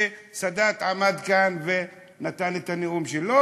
כשסאדאת עמד כאן ונשא את הנאום שלו,